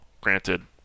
granted